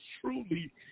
truly